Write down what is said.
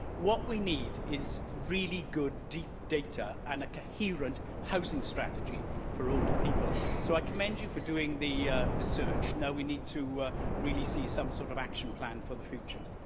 what we need is really good, deep data and a coherent housing strategy for older people. so, i commend you for doing the research now we need to really see some sort of action plan for the future.